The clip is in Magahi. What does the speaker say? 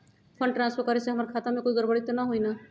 फंड ट्रांसफर करे से हमर खाता में कोई गड़बड़ी त न होई न?